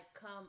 come